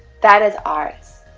that is ours?